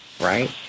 Right